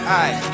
aye